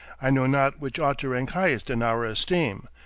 i know not which ought to rank highest in our esteem,